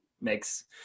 makes